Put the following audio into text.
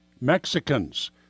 Mexicans